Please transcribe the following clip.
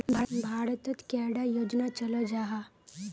भारत तोत कैडा योजना चलो जाहा?